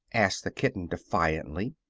asked the kitten, defiantly.